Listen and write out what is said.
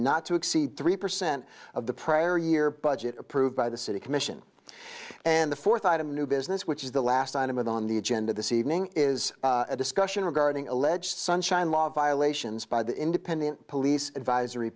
not to exceed three percent of the prior year budget approved by the city commission and the fourth item new business which is the last item of the on the agenda this evening is a discussion regarding alleged sunshine law violations by the independent police advisory